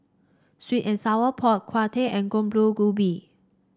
sweet and Sour Pork Tau Huay and